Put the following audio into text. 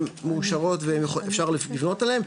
הם מאושרות ואפשר לבנות עליהם,